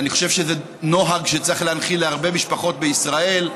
אני חושב שזה נוהג שצריך להנחיל להרבה משפחות בישראל.